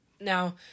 Now